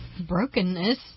brokenness